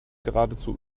geradezu